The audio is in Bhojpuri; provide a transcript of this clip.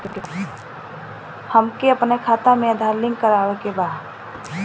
हमके अपना खाता में आधार लिंक करावे के बा?